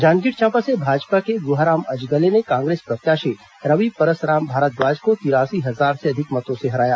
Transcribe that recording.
जांजगीर चांपा से भाजपा के गुहाराम अजगले ने कांग्रेस प्रत्याशी रवि परसराम भारद्वाज को तिरासी हजार से अधिक मतों से हराया